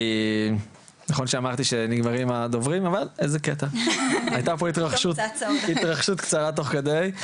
נכון שאמרתי שנגמרים הדוברים אבל הייתה פה התרחשות קצרה תוך כדי,